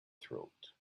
throat